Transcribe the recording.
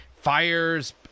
fires